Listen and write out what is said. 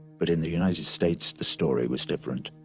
but in the united states, the story was different.